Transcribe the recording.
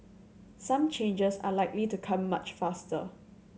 some changes are likely to come much faster